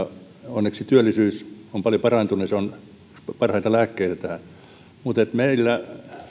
onneksi työllisyys on paljon parantunut ja se on parhaita lääkkeitä tähän mutta meillä ja